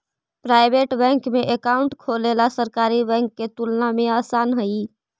private bank में account खोलेला सरकारी बैंक के तुलना में आसान हइ